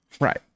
Right